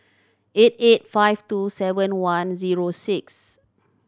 eight eight five two seven one zero six